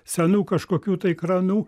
senų kažkokių tai kranų